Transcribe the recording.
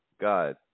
God